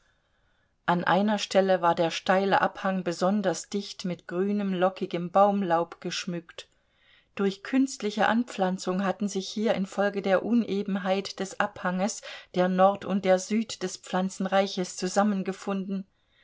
an einer stelle war der steile abhang besonders dicht mit grünem lockigem baumlaub geschmückt durch künstliche anpflanzung hatten sich hier infolge der unebenheit des abhanges der nord und der süd des pflanzenreiches zusammengefunden